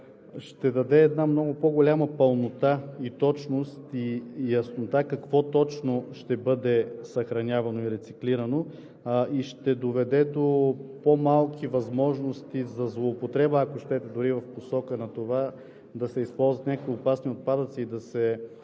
ще даде много по-голяма пълнота, точност и яснота какво точно ще бъде съхранявано и рециклирано и ще доведе до по-малки възможности за злоупотреба, ако щете, дори в посока на това да се използват някои опасни отпадъци и да се